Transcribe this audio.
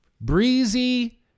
breezy